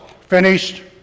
finished